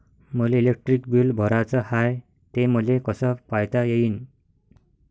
मले electric bill भराचं हाय, ते मले कस पायता येईन?